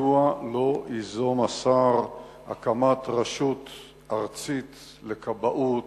מדוע לא ייזום השר הקמת רשות ארצית לכבאות,